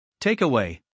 Takeaway